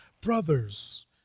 brothers